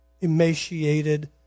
emaciated